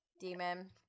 demon